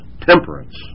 temperance